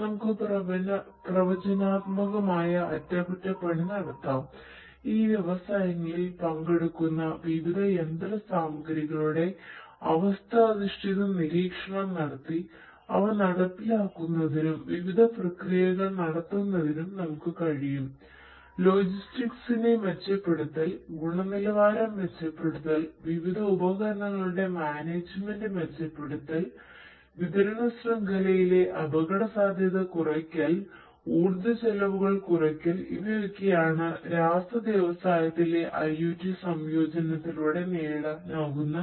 നമുക്ക് പ്രവചനാത്മകമായ അറ്റകുറ്റപ്പണി മെച്ചപ്പെടുത്തൽ ഗുണനിലവാരം മെച്ചപ്പെടുത്തൽ വിവിധ ഉപകരണങ്ങളുടെ മാനേജ്മെന്റ് മെച്ചപ്പെടുത്തൽ വിതരണ ശൃംഖലയിലെ അപകടസാധ്യത കുറയ്ക്കൽ ഊർജ്ജ ചെലവുകൾ കുറയ്ക്കൽ ഇവയൊക്കെയാണ് രാസ വ്യവസായത്തിലെ IOT സംയോജനത്തിലൂടെ നേടാനാകുന്ന